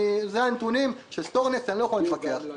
אלה הנתונים של סטורנקסט, אני לא יכול להתווכח.